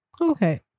Okay